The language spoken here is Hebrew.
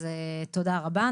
אז תודה רבה.